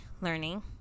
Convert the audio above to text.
learning